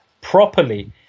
properly